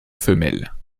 femelles